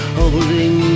holding